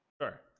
Sure